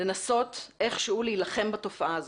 לנסות איך שהוא להילחם בתופעה הזאת.